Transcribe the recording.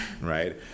right